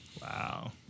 Wow